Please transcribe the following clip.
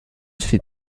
fait